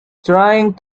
trying